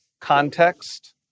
context